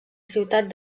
ciutat